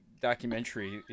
documentary